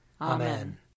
Amen